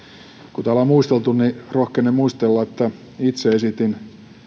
kun täällä on muisteltu rohkenen muistella että itse esitin